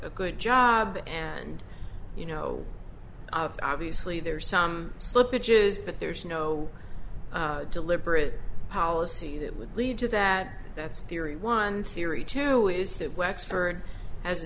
a good job and you know obviously there's some slippage is but there's no deliberate policy that would lead to that that's theory one theory two is that